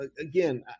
again